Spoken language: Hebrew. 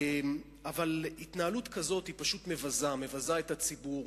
אבל התנהלות כזאת היא פשוט מבזה, מבזה את הציבור,